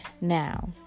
Now